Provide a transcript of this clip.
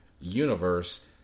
universe